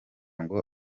ngo